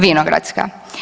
Vinogradska.